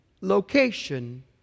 location